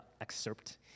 excerpt